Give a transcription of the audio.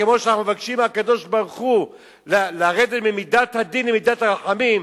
כמו שאנחנו מבקשים מהקדוש-ברוך-הוא לרדת ממידת הדין למידת הרחמים,